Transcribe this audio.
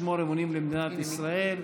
לשמור אמונים למדינת ישראל.